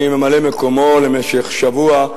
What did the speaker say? אני ממלא מקומו למשך שבוע,